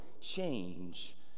change